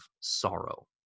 sorrow